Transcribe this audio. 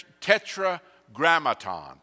tetragrammaton